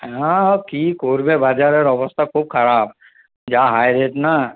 হ্যাঁ ও কি করবে বাজারের অবস্থা খুব খারাপ যা হাই রেট না